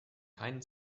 keinen